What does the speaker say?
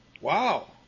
Wow